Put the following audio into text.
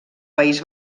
país